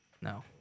No